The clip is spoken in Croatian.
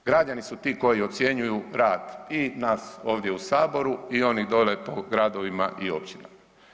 Građani su ti koji ocjenjuju rad i nas ovdje u saboru i onih dole po gradovima i općinama.